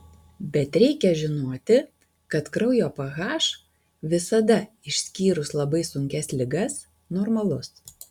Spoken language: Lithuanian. bet reikia žinoti kad kraujo ph visada išskyrus labai sunkias ligas normalus